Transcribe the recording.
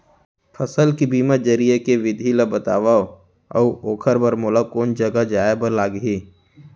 फसल के बीमा जरिए के विधि ला बतावव अऊ ओखर बर मोला कोन जगह जाए बर लागही?